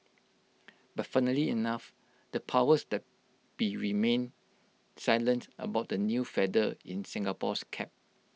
but funnily enough the powers that be remained silent about the new feather in Singapore's cap